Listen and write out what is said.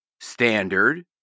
standard